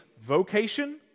vocation